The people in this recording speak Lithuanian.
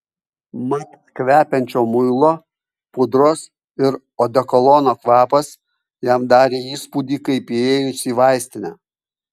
mat kvepiančio muilo pudros ir odekolono kvapas jam darė įspūdį kaip įėjus į vaistinę